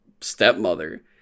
stepmother